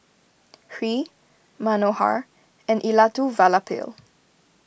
Hri Manohar and Elattuvalapil